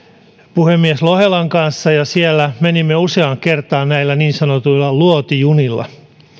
puhemies lohelan kanssa ja siellä menimme useaan kertaan näillä niin sanotuilla luotijunilla